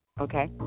Okay